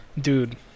Dude